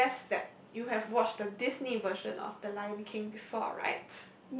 so I guess that you have watched the Disney version of the Lion-King before right